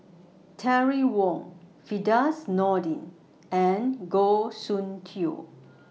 Terry Wong Firdaus Nordin and Goh Soon Tioe